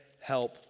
help